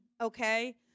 Okay